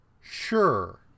sure